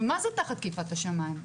ומה זה תחת כיפת השמיים,